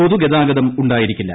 പൊതുഗതാഗതം ഉണ്ടായിരിക്കില്ല